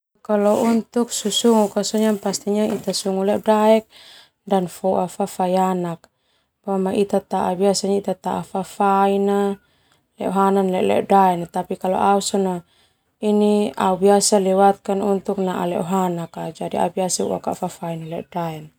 Kalau susunguk ita sungu ledo daek foa fafai ana biasa ita taa fafai na ledo hana na ma ledo daena au biasa lewatkan untuk nanaa ledohanak.